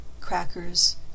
crackers